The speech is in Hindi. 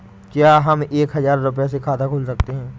क्या हम एक हजार रुपये से खाता खोल सकते हैं?